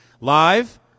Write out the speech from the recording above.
live